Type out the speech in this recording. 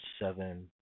seven